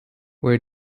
where